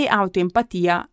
autoempatia